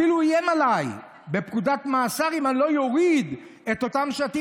הוא אפילו איים עליי בפקודת מאסר אם לא אוריד את אותם שלטים.